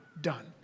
done